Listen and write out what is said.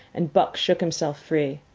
and buck shook himself free.